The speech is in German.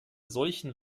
solchen